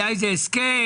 היה איזה הסכם?